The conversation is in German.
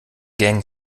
gang